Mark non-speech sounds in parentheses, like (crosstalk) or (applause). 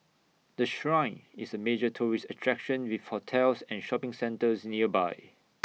the Shrine is A major tourist attraction with hotels and shopping centres nearby (noise)